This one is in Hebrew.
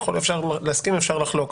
ואפשר להסכים ואפשר לחלוק.